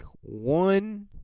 One